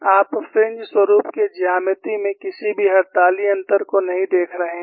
आप फ्रिंज स्वरुप के ज्यामिति में किसी भी हड़ताली अंतर को नहीं देख रहे हैं